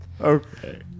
Okay